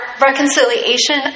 reconciliation